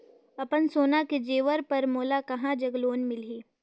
अपन सोना के जेवर पर मोला कहां जग लोन मिलही?